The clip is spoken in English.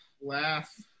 laugh